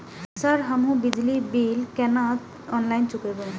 Sir हमू बिजली bill केना ऑनलाईन चुकेबे?